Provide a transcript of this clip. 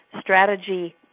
strategy